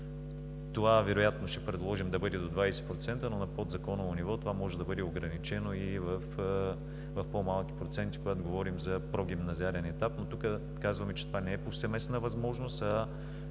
Това вероятно ще предложим да бъде до 20%, но на подзаконово ниво това може да бъде ограничено и в по-малки проценти, когато говорим за прогимназиален етап, но тук казваме, че това не е повсеместна възможност, а